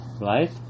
right